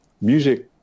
music